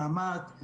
נעמ"ת,